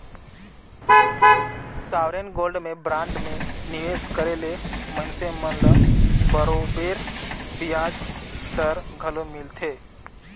sovereign gold में bond में निवेस करे ले मइनसे मन ल बरोबेर बियाज दर घलो मिलथे